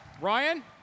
Ryan